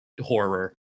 horror